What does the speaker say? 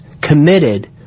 committed